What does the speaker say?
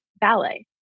ballet